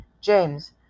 James